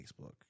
Facebook